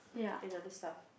another stuff